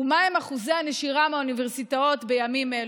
ומהם אחוזי הנשירה מהאוניברסיטאות בימים אלו?